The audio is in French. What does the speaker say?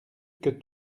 que